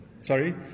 Sorry